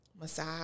massage